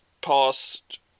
past